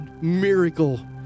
miracle